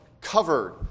covered